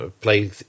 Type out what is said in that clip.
play